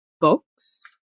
Books